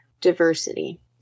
diversity